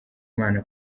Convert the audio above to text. imana